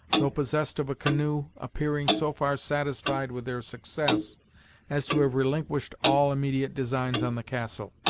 though possessed of a canoe, appearing so far satisfied with their success as to have relinquished all immediate designs on the castle.